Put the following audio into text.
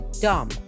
dumb